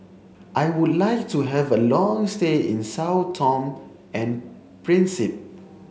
I would like to have a long stay in Sao Tome and